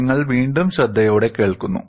നിങ്ങൾ വീണ്ടും ശ്രദ്ധയോടെ കേൾക്കുന്നു